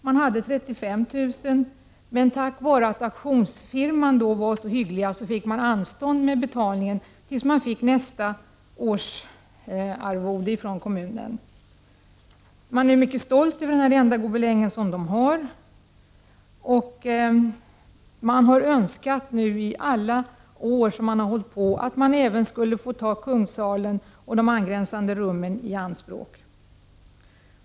De hade 35 000 kr., men tack vare att auktionsfirman var hygglig fick de anstånd med betalningen tills de fick nästa års arvode från kommunen. Man är mycket stolt över denna enda gobeläng. Under alla år har man önskat att man även skulle få ta Kungssalen och de angränsande rummen i anspråk.